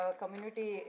community